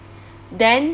then